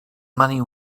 money